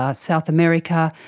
ah south america.